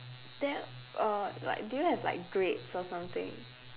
then uh like do you have like grades or something